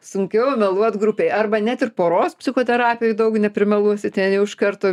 sunkiau meluot grupėj arba net ir poros psichoterapijoj daug neprimeluosi ten jau iš karto